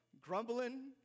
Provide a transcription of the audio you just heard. grumbling